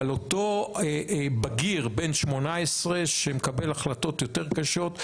אבל אותו בגיר בן 18 שמקבל החלטות יותר קשות,